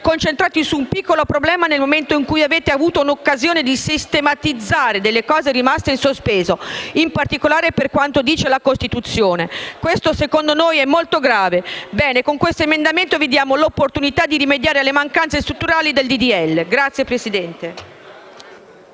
concentrati su un piccolo problema, nel momento in cui avete avuto l'occasione di sistematizzare questioni rimaste in sospeso, in particolare per quanto dice la Costituzione. Questo, a nostro avviso, è molto grave e con l'emendamento in titolo vi diamo l'opportunità di rimediare alle mancanze strutturali del disegno di legge.